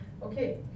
Okay